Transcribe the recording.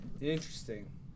interesting